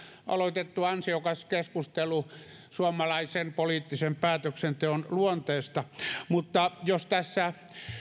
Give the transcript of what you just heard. aloitettu ansiokas keskustelu suomalaisen poliittisen päätöksenteon luonteesta mutta jos tässä